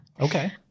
Okay